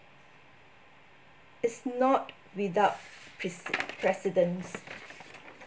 is not without prec~ precedents